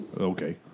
Okay